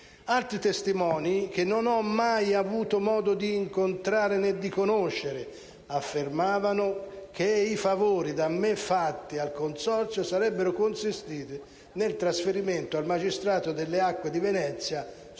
Altri testimoni, che non ho mai avuto modo di incontrare né di conoscere, affermavano che i favori da me fatti al consorzio sarebbero consistiti nel trasferimento al magistrato delle acque di Venezia,